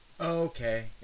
Okay